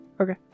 Okay